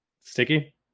Sticky